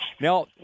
Now